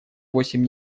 восемь